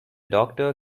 doctor